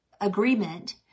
agreement